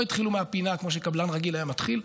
לא התחילו מהפינה כמו שקבלן רגיל היה מתחיל.